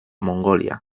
mongolia